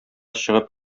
чыгып